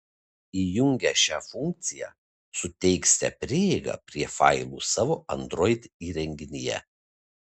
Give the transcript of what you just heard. įjungę šią funkciją suteiksite prieigą prie failų savo android įrenginyje